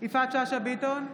יפעת שאשא ביטון,